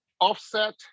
offset